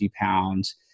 pounds